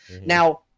now